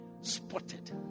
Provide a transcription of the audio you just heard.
spotted